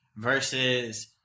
versus